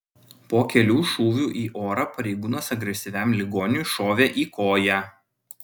po kelių šūvių į orą pareigūnas agresyviam ligoniui šovė į koją